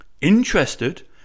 interested